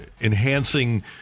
enhancing